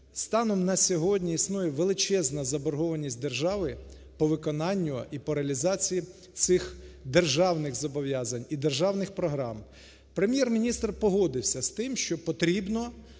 Станом на сьогодні існує величезна заборгованість держави по виконанню і паралізації цих державних зобов'язань, і державних програм. Прем'єр-міністр погодився з тим, що потрібно